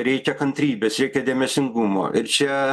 reikia kantrybės reikia dėmesingumo ir čia